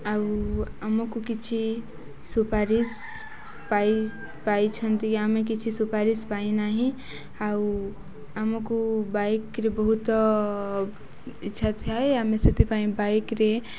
ଆଉ ଆମକୁ କିଛି ସୁପାରିଶ ପାଇ ପାଇଛନ୍ତି ଆମେ କିଛି ସୁପାରିଶ ପାଇନାହିଁ ଆଉ ଆମକୁ ବାଇକ୍ରେ ବହୁତ ଇଚ୍ଛା ଥାଏ ଆମେ ସେଥିପାଇଁ ବାଇକ୍ରେ